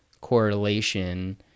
correlation